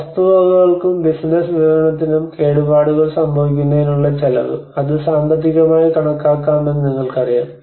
വസ്തുവകകൾക്കും business വിവരണത്തിനും കേടുപാടുകൾ സംഭവിക്കുന്നതിനുള്ള ചെലവ് അത് സാമ്പത്തികമായി കണക്കാക്കാമെന്ന് നിങ്ങൾക്കറിയാം